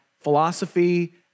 philosophy